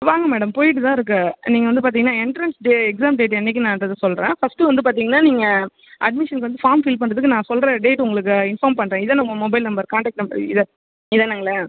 வாங்கள் மேடம் போய்ட்டு தான் இருக்குது நீங்கள் வந்து பார்த்திங்கன்னா எண்ட்ரன்ஸ் டே எக்ஸாம் டேட் என்றைக்கு என்னான்றத சொல்கிறேன் ஃபஸ்ட்டு வந்து பார்த்திங்கன்னா நீங்கள் அட்மிஷன்க்கு வந்து ஃபார்ம் ஃபில் பண்ணுறதுக்கு நான் சொல்லுற டேட் உங்களுக்கு இன்ஃபார்ம் பண்ணுறேன் இதுதான உங்கள் மொபைல் நம்பர் கான்டேக்ட் நம்பர் இதை இதுதானங்கள